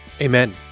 amen